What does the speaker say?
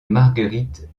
marguerite